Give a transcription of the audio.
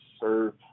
serve